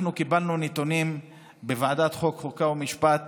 אנחנו קיבלנו נתונים בוועדת החוקה, חוק ומשפט